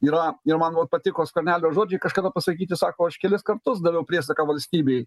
yra ir man vot patiko skvernelio žodžiai kažkada pasakyti sako aš kelis kartus daviau priesaiką valstybei